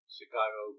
Chicago